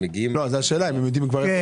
אז זו השאלה, אם הם יודעים כבר איפה.